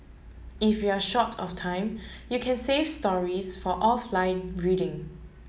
if you are short of time you can save stories for offline reading